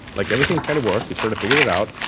like everything kind of works. you sort of figure it it out.